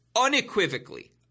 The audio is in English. unequivocally